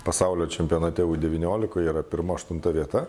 pasaulio čempionate u devyniolikoje yra pirma aštunta vieta